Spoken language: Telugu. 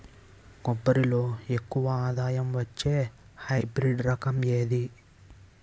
కొబ్బరి లో ఎక్కువ ఆదాయం వచ్చే హైబ్రిడ్ రకం ఏది?